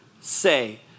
say